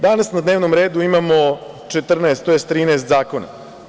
Danas na dnevnom redu imamo 14, tj. 13 zakona.